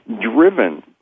driven